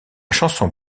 chanson